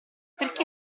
perché